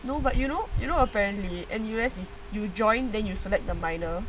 no but you know you know apparently N_U_S is if you join then you select the minor